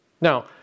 Now